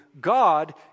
God